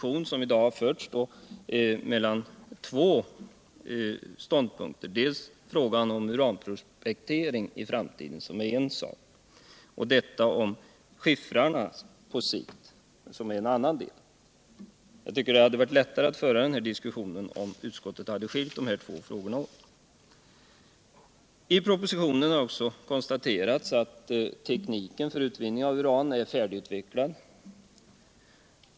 Därför förs i dag en diskussion mellan två ståndpunkter: den gäller dels frågan om uranprospektering i framtiden, vilket är en sak, dels frågan om skiffrarnas behandling på sikt, vilket är en annan sak. Jag tycker att det hade varit lättare att föra den diskussionen. om utskottet hade skilt de båda frågorna åt. I propositionen har också konstaterats att tekniken för utvinning av uran är färdigutvecklad.